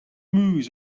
movies